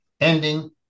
Ending